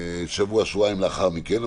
שבוע-שבועיים לאחר מכן,